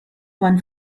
one